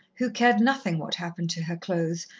who cared nothing what happened to her clothes,